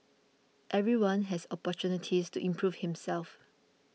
everyone has opportunities to improve himself